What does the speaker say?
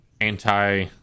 anti